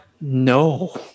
No